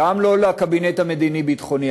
גם לא לקבינט המדיני-ביטחוני,